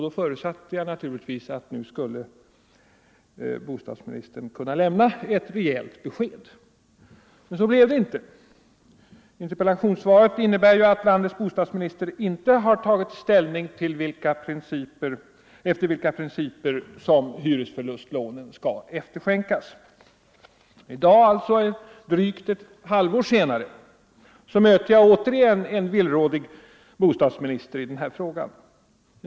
Då förutsatte jag naturligtvis att bostadsministern skulle kunna lämna ett rejält besked. Men så blev det inte. Interpellationssvaret i dag innebär att landets bostadsminister inte har tagit ställning till efter vilka principer som hyresförlustlånen skall efterskänkas. I dag, drygt ett halvår senare, möter jag återigen en villrådig bostadsminister i den här frågan.